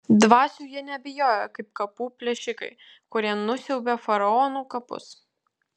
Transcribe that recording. dvasių jie nebijojo kaip kapų plėšikai kurie nusiaubia faraonų kapus